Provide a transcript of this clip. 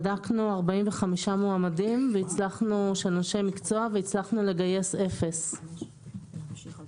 בדקנו 45 מועמדים אנשי מקצוע והצלחנו לגייס אפס אנשים.